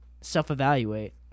self-evaluate